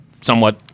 somewhat